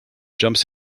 jumps